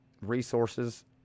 resources